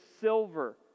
silver